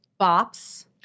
bops